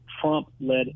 Trump-led